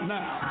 now